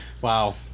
wow